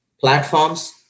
platforms